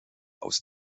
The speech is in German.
aus